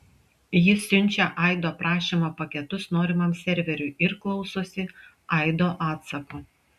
jis siunčia aido prašymo paketus norimam serveriui ir klausosi aido atsako